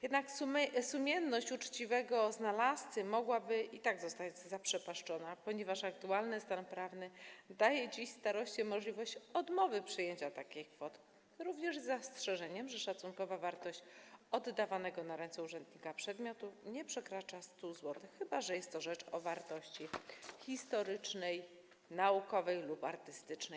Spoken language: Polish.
Jednak sumienność uczciwego znalazcy mogłaby i tak zostać zaprzepaszczona, ponieważ aktualny stan prawny daje dziś staroście możliwość odmowy przyjęcia takich kwot, również z zastrzeżeniem, że szacunkowa wartość oddawanego w ręce urzędnika przedmiotu nie przekracza 100 zł, chyba że jest to rzecz o wartości historycznej, naukowej lub artystycznej.